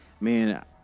Man